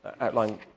outline